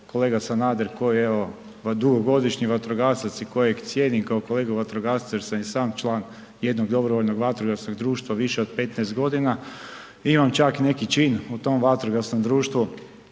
kolega Sanader koji je evo dugogodišnji vatrogasac i kojeg cijenim kao kolegu vatrogasca jer sam i sam član jednog dobrovoljnog vatrogasnog društva više od 15 godina, imam čak neki čin u tom vatrogasnom društvu.